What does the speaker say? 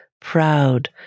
proud